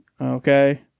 Okay